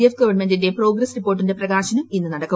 F ഗവൺമെന്റിന്റെ progress റിപ്പോർട്ടിന്റെ പ്രകാശനം ഇന്ന് നടക്കും